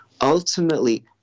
ultimately